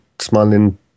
smiling